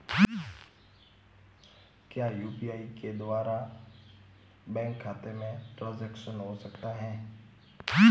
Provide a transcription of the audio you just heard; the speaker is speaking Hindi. क्या यू.पी.आई के द्वारा बैंक खाते में ट्रैन्ज़ैक्शन हो सकता है?